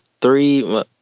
three